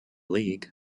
league